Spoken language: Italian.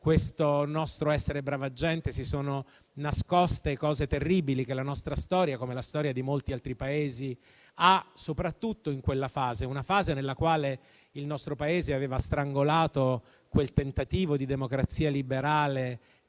questo nostro essere brava gente si sono nascoste cose terribili, che la nostra storia, come quella di molti altri Paesi, ha avuto soprattutto in quella fase, nella quale il nostro Paese ha strangolato il tentativo di democrazia liberale